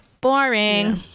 Boring